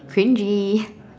cringey